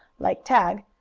like tag,